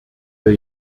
wir